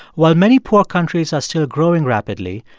while many poor countries are still growing rapidly,